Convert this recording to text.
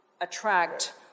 attract